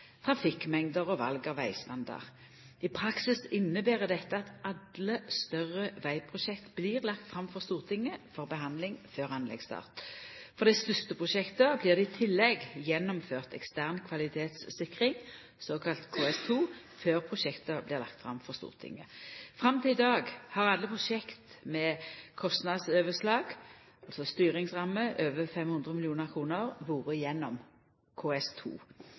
trafikkmengder og val av vegstandard. I praksis inneber dette at alle større vegprosjekt blir lagde fram for Stortinget for behandling før anleggsstart. For dei største prosjekta blir det i tillegg gjennomført ekstern kvalitetssikring, såkalla KS2, før prosjekta blir lagde fram for Stortinget. Fram til i dag har alle prosjekt med kostnadsoverslag, altså styringsramme, over 500 mill. kr vore gjennom